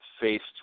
faced